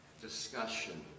discussion